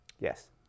Yes